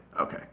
Okay